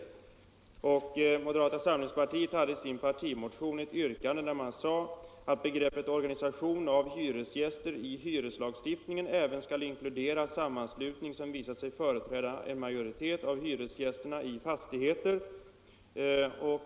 Moderata samlingspartiet hade i sin partimotion ett yrkande, där det sades att begreppet organisation av hyresgäster i hyreslagstiftningen även skall inkludera sammanslutning som visar sig företräda en majoritet av hyresgästerna i fastigheten.